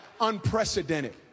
Unprecedented